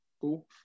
Cool